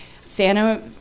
Santa